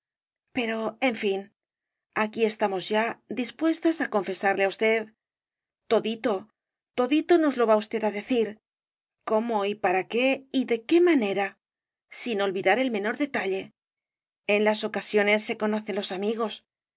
pero en fin aquí estamos ya dispuestas á confesarle á usted todito todito nos lo va usted á decir cómo y para qué y de qué manera sin olvidar el menor detalle en las ocasiones se conocen los amigos